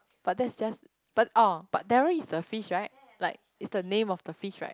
but that's just but orh but Darryl is this fish right like it's the name of the fish right